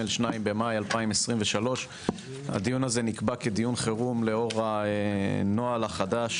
2 במאי 2023. הדיון הזה נקבע כדיון חירום לאור הנוהל החדש